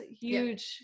Huge